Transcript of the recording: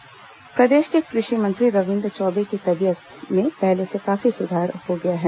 रविन्द्र चौबे स्वास्थ्य प्रदेश के कृषि मंत्री रविन्द्र चौबे की तबीयत में पहले से काफी सुधार हो गया है